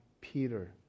Peter